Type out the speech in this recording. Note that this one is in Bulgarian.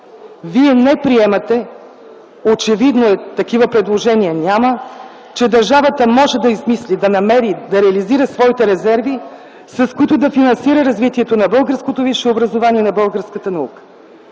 Вие не приемате – очевидно е, такива предложения няма – че държавата може да измисли, да намери, да реализира своите резерви, с които да финансира развитието на българското висше образование и на българската наука.